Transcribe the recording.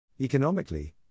Economically